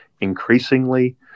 increasingly